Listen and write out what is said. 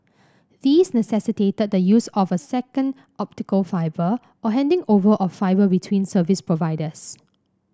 these necessitated the use of a second optical fibre or handing over of fibre between service providers